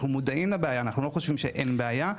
ואנחנו מודעים לבעיה אנחנו לא חושבים שאין בעיה,